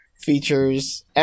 features